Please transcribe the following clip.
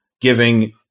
giving